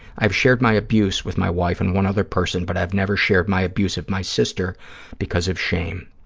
i've shared my abuse with my wife and one other person, but i've never shared my abuse of my sister because of shame.